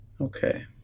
Okay